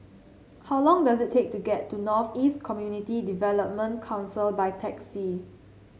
how long does it take to get to North East Community Development Council by taxi